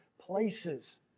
places